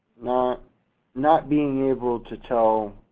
not not being able to tell